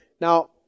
Now